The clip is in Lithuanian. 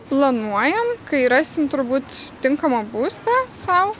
planuojam kai rasim turbūt tinkamą būstą sau